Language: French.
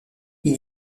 elle